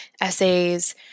essays